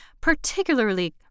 particularly